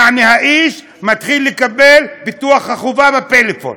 יעני האיש מתחיל לקבל את ביטוח החובה בפלאפון.